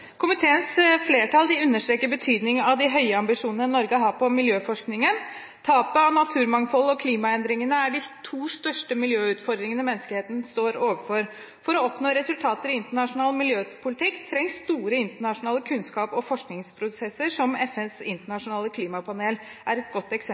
Komiteens flertall understreker betydningen av de høye ambisjonene Norge har for miljøforskningen. Tapet av naturmangfold og klimaendringene er de to største miljøutfordringene menneskeheten står overfor. For å oppnå resultater i internasjonal miljøpolitikk trengs store internasjonale kunnskaps- og forskningsprosesser, som FNs internasjonale klimapanel er et godt eksempel